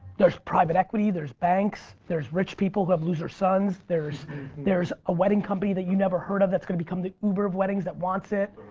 there's private equity, there's banks, there's rich people who have loser sons, there's there's a wedding company that you never heard of that's going to become the uber of weddings that wants it.